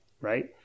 right